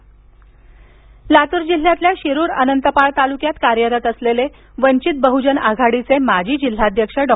भातांब्रे पक्षांतर लातूर जिल्ह्यातल्या शिरूर अनंतपाळ तालुक्यात कार्यरत असलेले वंचित बहूजन आघाडीचे माजी जिल्हाध्यक्ष डॉ